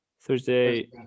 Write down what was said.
Thursday